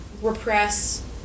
repress